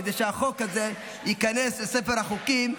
כדי שהחוק הזה ייכנס לספר החוקים,